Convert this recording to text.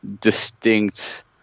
distinct